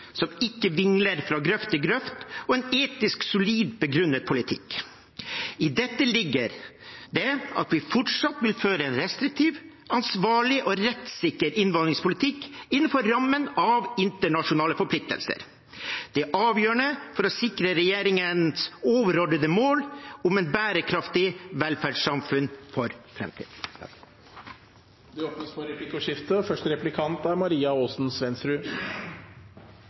som ikke vingler fra grøft til grøft, og en etisk solid begrunnet politikk. I dette ligger det at vi fortsatt vil føre en restriktiv, ansvarlig og rettssikker innvandringspolitikk innenfor rammen av internasjonale forpliktelser. Det er avgjørende for å sikre regjeringens overordnede mål om et bærekraftig velferdssamfunn for framtiden. Det blir replikkordskifte. Situasjonen for ofre for kriminalitet er alvorlig. Kriminelle får strafferabatt, folk står i uverdig lange køer i domstolene og